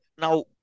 Now